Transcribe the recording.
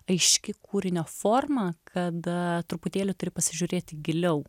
aiški kūrinio forma kada truputėlį turi pasižiūrėti giliau